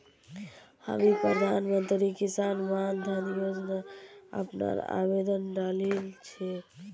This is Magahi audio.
हामी प्रधानमंत्री किसान मान धन योजना अपनार आवेदन डालील छेक